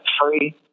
free